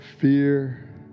fear